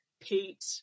Pete